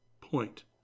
point